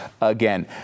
again